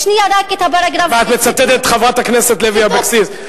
שנייה, רק את, את מצטטת את חברת הכנסת לוי אבקסיס.